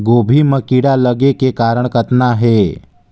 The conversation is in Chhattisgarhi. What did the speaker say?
गोभी म कीड़ा लगे के कारण कतना हे?